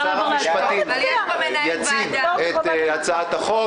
שר המשפטים יציג את הצעת החוק.